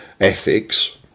ethics